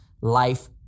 life